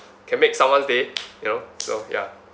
can make someone's day you know so ya